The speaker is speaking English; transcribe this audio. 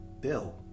Bill